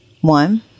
One